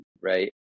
right